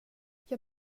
jag